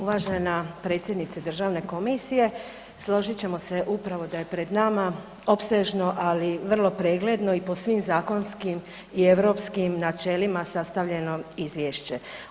Uvažena predsjednica državne komisije složit ćemo se upravo da je pred nama opsežno, ali vrlo pregledno i po svim zakonskim i europskim načelima sastavljeno izvješće.